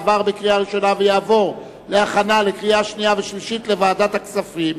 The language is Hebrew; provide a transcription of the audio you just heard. עברה בקריאה ראשונה ותעבור להכנה לקריאה שנייה ושלישית לוועדת הכספים.